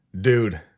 dude